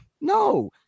no